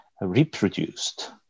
reproduced